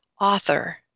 author